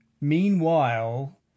meanwhile